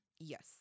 yes